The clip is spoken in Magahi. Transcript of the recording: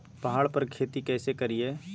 पहाड़ पर खेती कैसे करीये?